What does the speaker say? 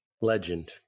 Legend